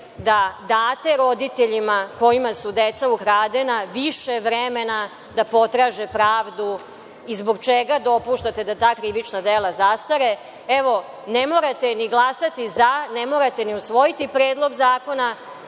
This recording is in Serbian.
da date roditeljima kojima su deca ukradena više vremena da potraže pravdu i zbog čega dopuštate da ta krivična dela zastare? Evo, ne morate ni glasati za, ne morate ni usvojiti Predlog zakona,